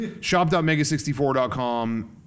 Shop.mega64.com